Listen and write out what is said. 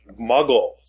muggles